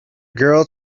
girl